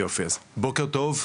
בוקר טוב,